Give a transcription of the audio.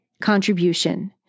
contribution